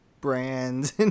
brands